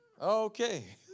Okay